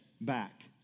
back